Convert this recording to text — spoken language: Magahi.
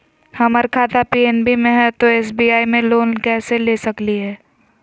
हमर खाता पी.एन.बी मे हय, तो एस.बी.आई से लोन ले सकलिए?